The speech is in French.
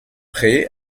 prés